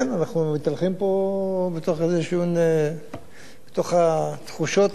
כן, אנחנו מתהלכים פה בתוך התחושות האנושיות,